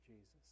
Jesus